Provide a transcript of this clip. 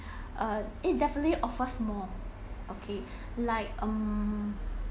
uh it definitely offers more okay like um